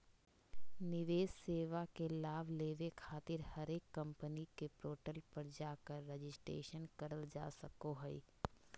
निवेश सेवा के लाभ लेबे खातिर हरेक कम्पनी के पोर्टल पर जाकर रजिस्ट्रेशन करल जा सको हय